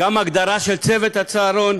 וגם הגדרה של צוות הצהרון.